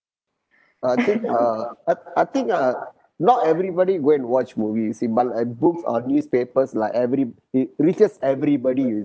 I think uh I I think uh not everybody go and watch movie you see but a books or newspapers like everyb~ it reaches everybody you